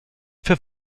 für